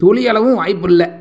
துளி அளவும் வாய்ப்பு இல்லை